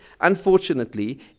unfortunately